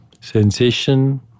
Sensation